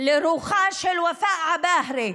לרוחה של ופאא עבאהרה.